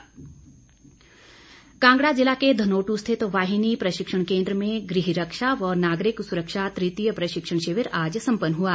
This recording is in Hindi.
सरवीण चौघरी कांगड़ा ज़िला के धनोटू स्थित वाहिनी प्रशिक्षण केन्द्र में गृह रक्षा व नागरिक सुरक्षा तृतीय प्रशिक्षण शिविर आज सम्पन्न हुआ